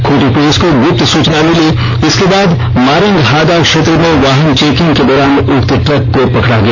Khunti police को गप्त सुचना मिली इसके बाद मारंगहादा क्षेत्र में वाहन चेकिंग के दौरान उक्त ट्रक को पकड़ा गया